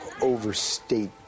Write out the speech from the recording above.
overstate